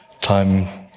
time